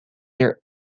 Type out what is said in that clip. their